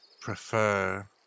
prefer